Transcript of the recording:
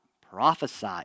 prophesy